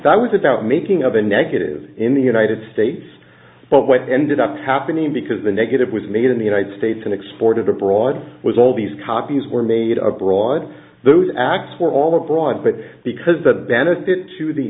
that was about making of a negative in the united states but what ended up happening because the negative was made in the united states and exported abroad was all these copies were made abroad those acts were all abroad but because the benefit to the